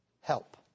help